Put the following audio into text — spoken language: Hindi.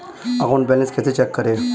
अकाउंट बैलेंस कैसे चेक करें?